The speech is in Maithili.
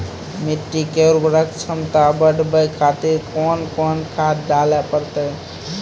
मिट्टी के उर्वरक छमता बढबय खातिर कोंन कोंन खाद डाले परतै?